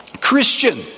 Christian